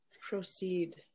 proceed